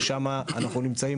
ששם אנחנו נמצאים,